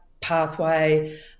pathway